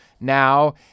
now